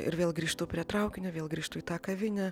ir vėl grįžtu prie traukinio vėl grįžtu į tą kavinę